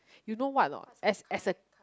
you know what or not as as an